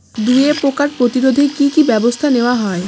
দুয়ে পোকার প্রতিরোধে কি কি ব্যাবস্থা নেওয়া হয়?